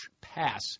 pass